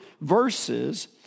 verses